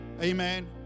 Amen